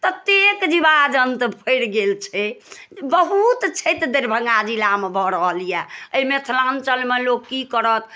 ततेक जीवा जन्तु फड़ि गेल छै बहुत क्षति दरभङ्गा जिलामे भऽ रहल अइ एहि मेथलाञ्चलमे लोक की करत